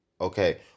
okay